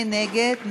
מי נגד?